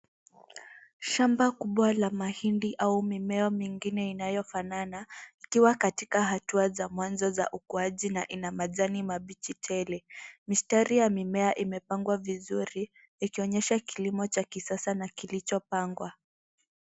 Shamba kubwa la mahindi au mimea mingine inayo fanana ikiwa katika hatua za mwanzo za ukuaji na inamajani mabichi tele. Mstari ya mimea imepangwa vizuri ikionyesha kilimo cha kisasa na kilicho pangwa.